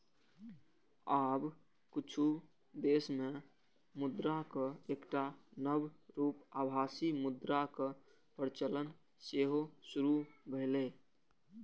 आब किछु देश मे मुद्राक एकटा नव रूप आभासी मुद्राक प्रचलन सेहो शुरू भेलैए